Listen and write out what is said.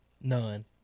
None